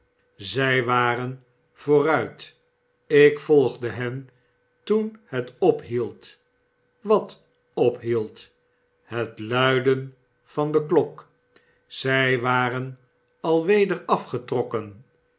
zij waren vooruit ik volgde hen toen het ophield wat ophield het luidenvan de klok zij waren al weder afgetrokken